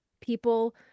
People